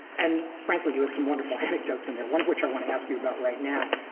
and frankly, you had some wonderful anecdotes in there, one of which i want to ask you about right now.